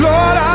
Lord